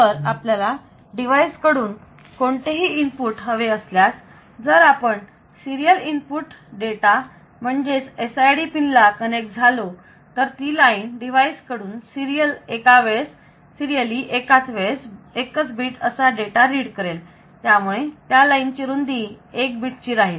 तर आपल्याला डिवाइस कडून कोणतेही इनपुट हवे असल्यास जर आपण सीरियल इनपुट डेटा म्हणजेच SID पिन ला कनेक्ट झालो तर ती लाईन डिवाइस कडून सिरीयल एका वेळेस एकच बीट असा डेटा रीड करेल त्यामुळे त्या लाईनची रुंदी 1 बीट ची राहील